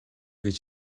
гэж